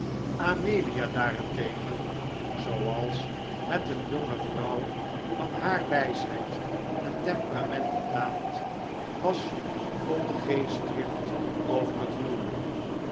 amelia daarentegen zooals het een jonge vrouw van haar wijsheid en temperament betaamt was vol geestdrift over het huwelijk